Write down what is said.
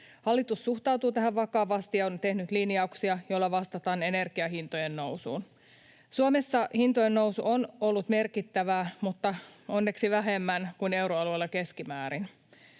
Hallitus suhtautuu tähän vakavasti ja on tehnyt linjauksia, joilla vastataan energian hintojen nousuun. Suomessa hintojen nousu on ollut merkittävää, mutta onneksi vähäisempää kuin euroalueella keskimäärin.